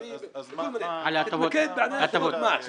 תתמקד בהטבות המס.